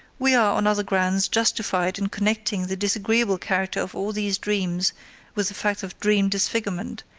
we are, on other grounds, justified in connecting the disagreeable character of all these dreams with the fact of dream disfigurement,